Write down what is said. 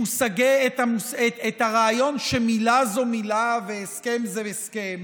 את הרעיון שמילה זו מילה והסכם זה הסכם,